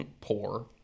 Poor